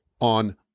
on